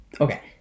Okay